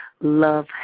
love